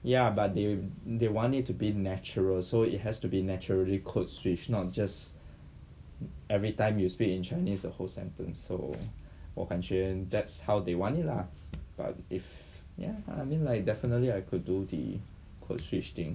ya but they they want it to be natural so it has to be naturally code switch not just everytime you speak in chinese the whole sentence so 我感觉 that's how they want it lah but if ya I mean like definitely I could do the code switch thing